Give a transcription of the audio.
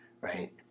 right